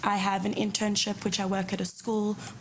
יש לי אפשרות לעבוד בבית הספר,